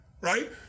Right